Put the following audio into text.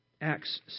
Acts